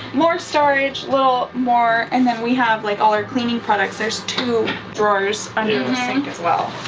more storage, little more and then we have like all our cleaning products, there's two drawers under the sink as well.